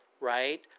right